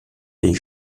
des